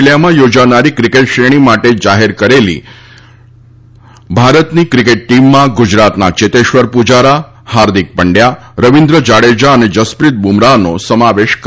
નલિયામંગ્રોજાનારી cricket શ્રેણી માટેની જાહેર કરેલી ભારતની ક્રિકેટ ટીમમાં ગુજરાતના ચેતેશ્વર પૂજારા હાર્દિક પંડ્યા રવિન્્જાડેજા અને જસપ્રીત બુમરાહનો સમાવેશ કરાયો છે